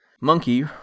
Monkey